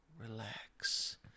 relax